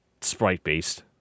sprite-based